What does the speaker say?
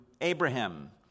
Abraham